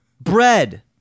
bread